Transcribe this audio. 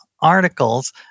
articles